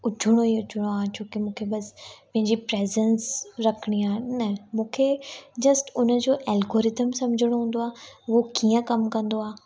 अचिणो ई अचिणो अ छोकि मूंखे बसि पंहिंजी प्रेज़ेंस रखणी आहे न मूंखे जस्ट उनजो ऐल्गोरिधम सम्झणो हूंदो आहे उहो कींअ कमु कंदो आहे